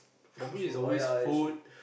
food oh ya actually